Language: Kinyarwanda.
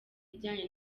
bijyanye